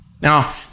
Now